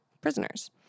prisoners